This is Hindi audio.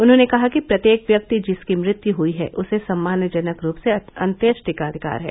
उन्होंने कहा कि प्रत्येक व्यक्ति जिसकी मृत्यु हुई है उसे सम्मानजनक रूप से अन्येष्टि का अधिकार है